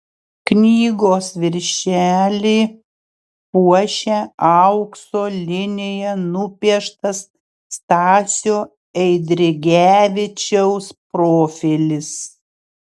knygos viršelį puošia aukso linija nupieštas stasio eidrigevičiaus profilis